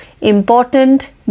Important